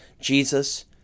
Jesus